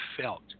felt